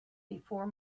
before